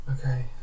Okay